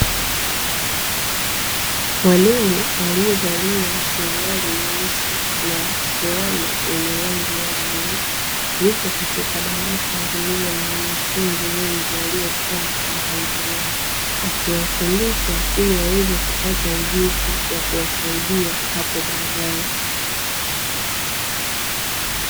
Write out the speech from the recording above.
Mwalimu alievalia suluari nyeusi na fulana yenye rangi ya bluu, yupo katika darasa lililo na wanafunzi wengi walilokaa kwa mpangilio, akiwafundisha ili waweze kupata ujuzi hapo baadae.